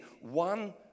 one